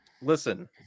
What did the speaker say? Listen